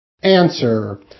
Answer